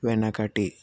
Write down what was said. వెనకటి